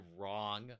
wrong